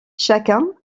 chacun